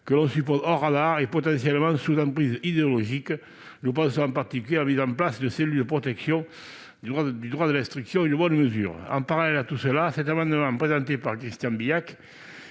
que l'on suppose hors radars et potentiellement sous emprise idéologique. Je pense, en particulier, à la mise en place de cellules de protection du droit à l'instruction, qui est une bonne mesure. En parallèle, cet amendement déposé par Christian Bilhac